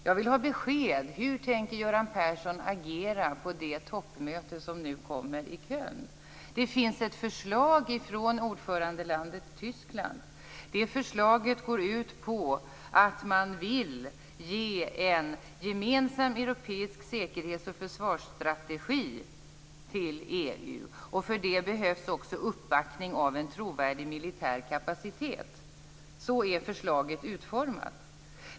Jag vill ha besked: Hur tänker Göran Persson agera på toppmötet i Köln? Det finns ett förslag från ordförandelandet Tyskland. Det förslaget går ut på att man vill ge en gemensam europeisk säkerhets och försvarsstrategi till EU, och för det behövs också uppbackning av en trovärdig militär kapacitet. Så är förslaget utformat.